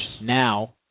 Now